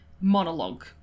monologue